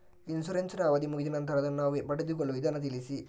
Insurance ನ ಅವಧಿ ಮುಗಿದ ನಂತರ ಅದನ್ನು ನಾವು ಪಡೆದುಕೊಳ್ಳುವ ವಿಧಾನ ತಿಳಿಸಿ?